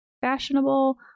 fashionable